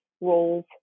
roles